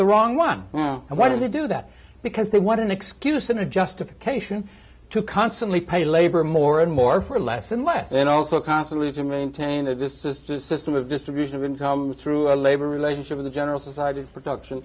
the wrong one and what do they do that because they want an excuse and a justification to constantly pay labor more and more for less and less and also constantly to maintain a just system system of distribution of income through a labor relationship of the general society production